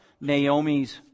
Naomi's